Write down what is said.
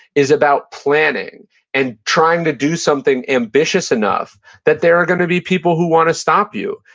is about planning and trying to do something ambitious enough that there are going to be people who want to stop you,